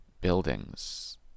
buildings